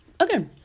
okay